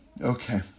Okay